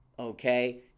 Okay